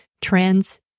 trends